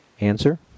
Answer